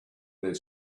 their